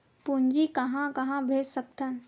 पूंजी कहां कहा भेज सकथन?